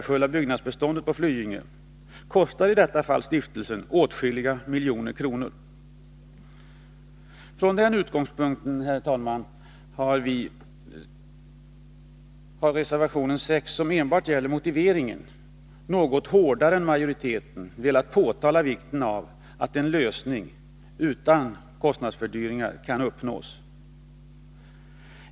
Den lösning som på grundval av denna förordas kostar emellertid stiftelsen åtskilliga miljoner. Från den utgångspunkten, herr talman, har vi i reservationen 6, som enbart gäller motiveringen, något hårdare än majoriteten pekat på vikten av att en lösning utan kostnadsfördyringar kan uppnås.